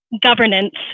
governance